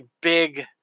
big